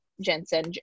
Jensen